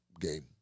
Game